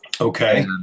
Okay